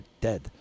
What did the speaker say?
dead